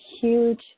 huge